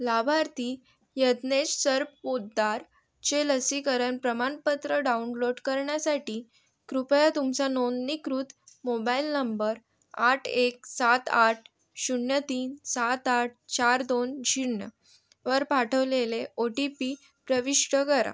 लाभार्थी यज्ञेश सरपोतदारचे लसीकरण प्रमाणपत्र डाउनलोड करण्यासाठी कृपया तुमचा नोंनीकृत मोबाईल नंबर आठ एक सात आठ शून्य तीन सात आठ चार दोन शून्यवर पाठवलेले ओ टी पी प्रविष्ट करा